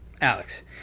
Alex